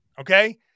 Okay